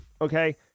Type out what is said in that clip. okay